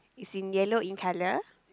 is in yellow in colour